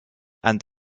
and